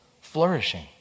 flourishing